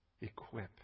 equip